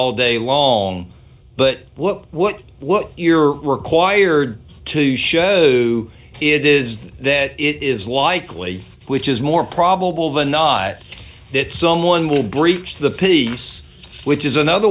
all day long but what what what you're required to show it is that it is likely which is more probable than not that someone would breach the peace which is another